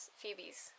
Phoebe's